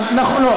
לא.